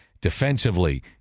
defensively